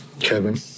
Kevin